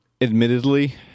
admittedly